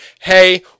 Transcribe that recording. Hey